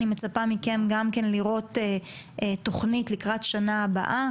אני מצפה מכם גם לראות תוכנית לקראת שנה הבאה,